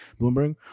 bloomberg